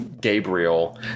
Gabriel